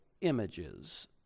images